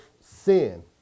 sin